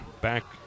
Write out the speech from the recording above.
back